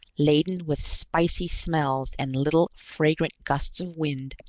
laden with spicy smells and little, fragrant gusts of wind,